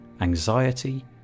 anxiety